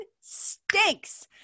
stinks